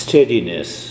Steadiness